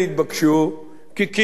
כקהילות קטנות,